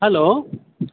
hello